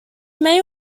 may